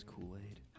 Kool-Aid